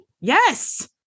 yes